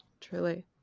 truly